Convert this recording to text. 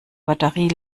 batterie